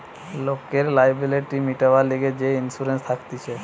লোকের লিয়াবিলিটি মিটিবার লিগে যে ইন্সুরেন্স থাকতিছে